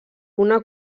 una